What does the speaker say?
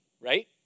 right